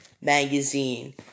magazine